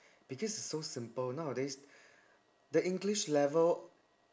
because so simple nowadays the english level